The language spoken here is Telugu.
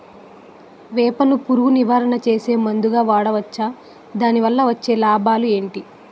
వేప ను పురుగు నివారణ చేసే మందుగా వాడవచ్చా? దాని వల్ల వచ్చే లాభాలు ఏంటి?